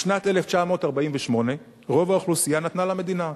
בשנת 1948 רוב האוכלוסייה נתנה למדינה.